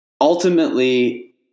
ultimately